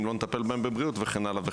אם לא נטפל בהם בבריאות, וכן הלאה.